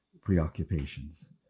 preoccupations